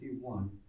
one